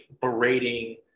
berating